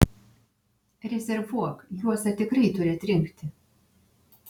rezervuok juozą tikrai turi atrinkti